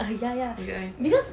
ya ya because